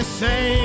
say